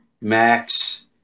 Max